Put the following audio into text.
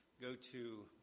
go-to